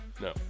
No